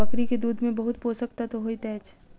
बकरी के दूध में बहुत पोषक तत्व होइत अछि